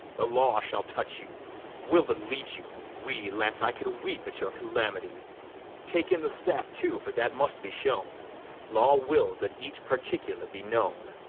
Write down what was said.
the law shall touch you we'll but lead you, we las, i could weep at your calamity take in the staff too, for that must be shown law wills that each particular be known.